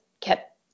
kept